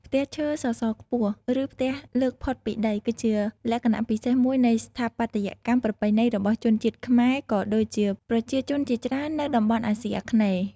ផ្ទះឈើសសរខ្ពស់ ឬផ្ទះលើកផុតពីដី គឺជាលក្ខណៈពិសេសមួយនៃស្ថាបត្យកម្មប្រពៃណីរបស់ជនជាតិខ្មែរ ក៏ដូចជាប្រជាជនជាច្រើននៅតំបន់អាស៊ីអាគ្នេយ៍ ។